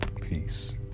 Peace